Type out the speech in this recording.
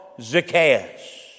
Zacchaeus